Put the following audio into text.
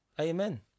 amen